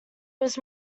was